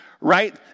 right